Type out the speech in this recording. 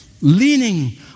Leaning